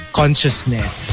consciousness